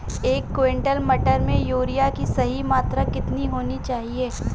एक क्विंटल मटर में यूरिया की सही मात्रा कितनी होनी चाहिए?